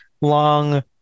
long